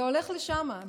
זה הולך לשם,